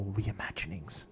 reimaginings